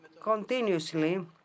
continuously